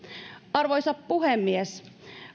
arvoisa puhemies